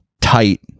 tight